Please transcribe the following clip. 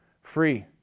free